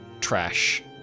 trash